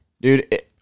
Dude